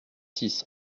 six